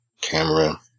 camera